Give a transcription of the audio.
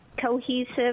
cohesive